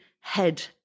head